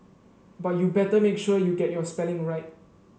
but you better make sure you get your spelling right